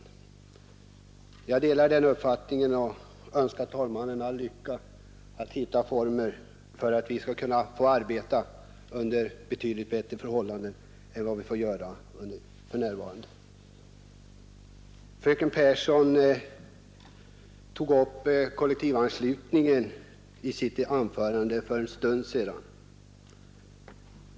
Jag delar herr talmannens uppfattning och önskar honom lycka till när det gäller att finna sådana arbetsformer att vi kan få arbeta under betydligt bättre förhållanden än för närvarande. Fröken Pehrsson tog upp frågan om kollektivanslutningen i sitt anförande för en stund sedan.